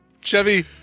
Chevy